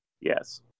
yes